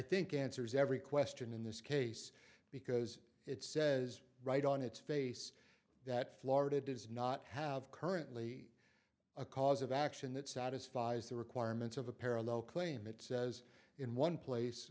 think answers every question in this case because it says right on its face that florida does not have currently a cause of action that satisfies the requirements of a parallel claim it says in one place